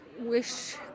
wish